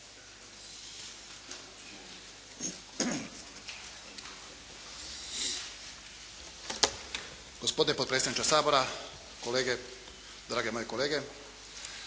Gospodine potpredsjedniče Hrvatskog sabora, kolege, drage moje kolege.